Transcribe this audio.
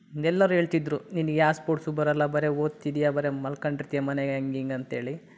ಎಲ್ಲರೂ ಹೇಳ್ತಿದ್ದರು ನಿನಗೆ ಯಾವ ಸ್ಪೋರ್ಟ್ಸು ಬರೋಲ್ಲ ಬರೀ ಓದ್ತಿದ್ದೀಯ ಬರೀ ಮಲ್ಕೊಂಡಿರ್ತ್ಯ ಮನೆಗೆ ಹಂಗೆ ಹಿಂಗೆ ಅಂತೇಳಿ